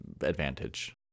advantage